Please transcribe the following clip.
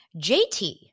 JT